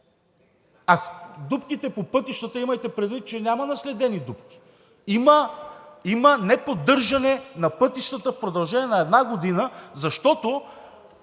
А дупките по пътищата – имайте предвид, че няма наследени дупки. Има неподдържане на пътищата в продължение на една година, защото